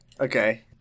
Okay